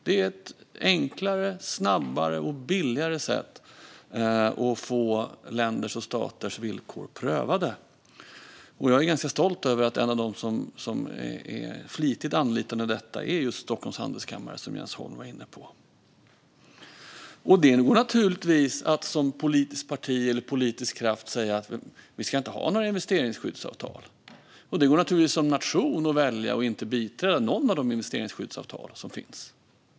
Det är ett enklare, snabbare och billigare sätt att få länders och staters villkor prövade. Jag är ganska stolt över att en av dem som är flitigt anlitade i detta är just Stockholms Handelskammare, som Jens Holm var inne på. Det går naturligtvis att som politiskt parti eller politisk kraft säga att vi inte ska ha några investeringsskyddsavtal. Det går naturligtvis också att som nation välja att inte biträda något av de investeringsskyddsavtal som finns.